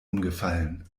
umgefallen